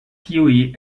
tiuj